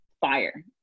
fire